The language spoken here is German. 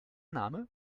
name